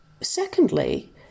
secondly